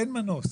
אין מנוס,